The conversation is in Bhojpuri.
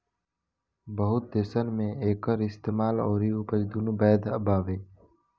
बहुत देसन मे एकर इस्तेमाल अउरी उपज दुनो बैध बावे